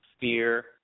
fear